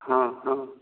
हँ हँ